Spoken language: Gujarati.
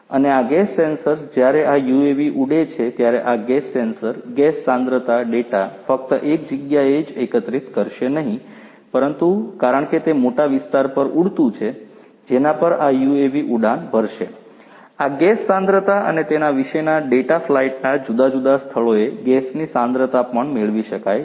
અને આ ગેસ સેન્સર્સ જ્યારે આ યુએવી ઉડે છે ત્યારે આ ગેસ સેન્સર ગેસ સાંદ્રતા ડેટા ફક્ત એક જગ્યાએ જ એકત્રિત કરશે નહીં પરંતુ કારણ કે તે મોટા વિસ્તાર પર ઉડતું છે જેના પર આ યુએવી ઉડાન ભરશે આ ગેસ સાંદ્રતા અને તેના વિશેના ડેટા ફ્લાઇટના આ જુદા જુદા સ્થળોએ ગેસની સાંદ્રતા પણ મેળવી શકાય છે